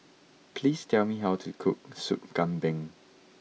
please tell me how to cook Sup Kambing